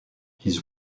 his